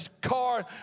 car